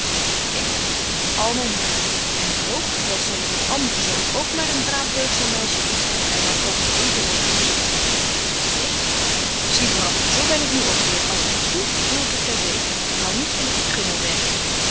ik met al myn hart en ik hoop dat zo uw andre zoon ook maar een braaf deugdzaam meisje kiest dat gy dan ook even redelyk zult zyn ik zie bram zo ben ik nu ook weêr als ik iets doe doe ik het terdeeg ik hou niet van dat